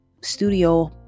studio